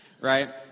right